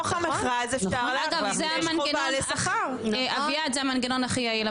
אגב זה המנגנון הכי יעיל,